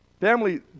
Family